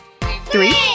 three